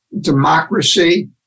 democracy